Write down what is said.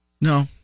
No